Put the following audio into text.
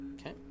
Okay